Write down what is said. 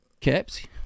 Caps